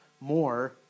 more